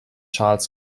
charles